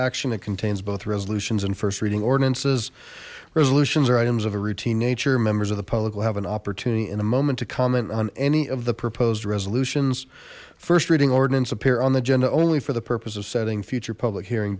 action it contains both resolutions and first reading ordinances resolutions are items of a routine nature members of the public will have an opportunity in a moment to comment on any of the proposed resolutions first reading ordinance appear on the agenda only for the purpose of setting future public hearing